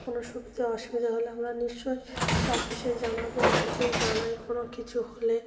কোনো সুবিধা অসুবিধা হলে আমরা নিশ্চয়ই অফিসে জানাবো অফিসেই জানায় কোনো কিছু হলে